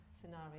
scenario